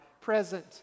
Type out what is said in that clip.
present